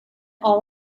all